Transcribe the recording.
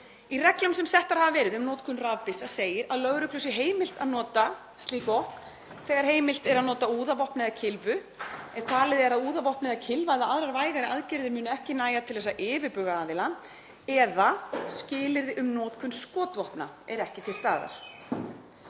Í reglum sem settar hafa verið um notkun rafbyssa segir að lögreglu sé heimilt að nota slík vopn þegar heimilt er að nota úðavopn eða kylfu en talið er að úðavopn eða kylfa eða aðrar vægari aðgerðir muni ekki nægja til að yfirbuga aðilann eða skilyrði um notkun skotvopna eru ekki til staðar.